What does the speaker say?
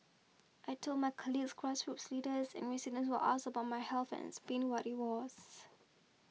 I told my colleagues grassroots leaders and residents who asked about my health and explained what it was